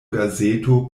gazeto